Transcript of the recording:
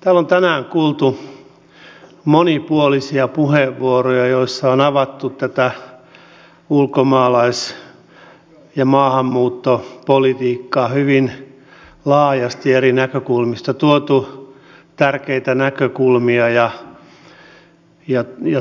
täällä on tänään kuultu monipuolisia puheenvuoroja joissa on avattu tätä ulkomaalais ja maahanmuuttopolitiikkaa hyvin laajasti eri näkökulmista tuotu tärkeitä näkökulmia ja